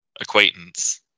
acquaintance